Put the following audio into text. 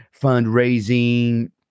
fundraising